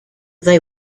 they